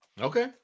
okay